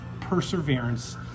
perseverance